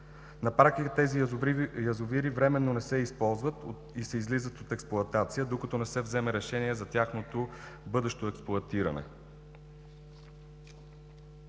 На практика тези язовири временно не се използват и се излизат от експлоатация докато не се вземе решение за тяхното бъдещо експлоатиране.